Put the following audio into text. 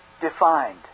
defined